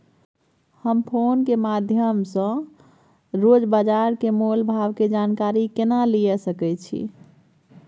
हम फोन के माध्यम सो रोज बाजार के मोल भाव के जानकारी केना लिए सके छी?